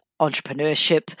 entrepreneurship